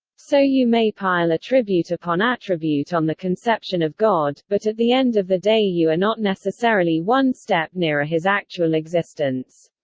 so you may pile attribute upon attribute on the conception of god, but at the end of the day you are not necessarily one step nearer his actual existence.